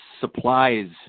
supplies